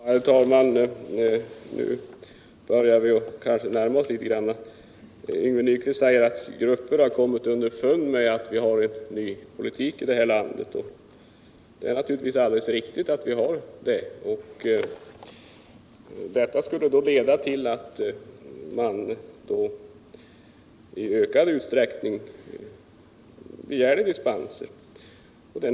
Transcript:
Herr talman! Nu börjar vi kanske närma oss litet grand. Yngve Nyquist säger att grupper kommit underfund med att vi har en ny politik i det här landet, och det är naturligtvis alldeles riktigt. Detta skulle då leda till att man i ökad utsträckning begärde dispenser.